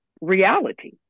reality